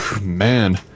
man